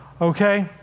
Okay